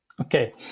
Okay